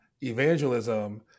evangelism